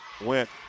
Went